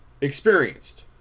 experienced